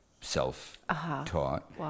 self-taught